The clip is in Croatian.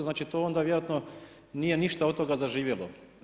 Znači to onda vjerojatno nije ništa od toga zaživjela.